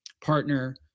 partner